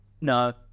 No